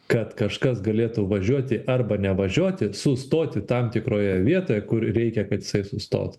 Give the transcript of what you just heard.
kad kažkas galėtų važiuoti arba nevažiuoti sustoti tam tikroje vietoje kur reikia kad jisai sustotų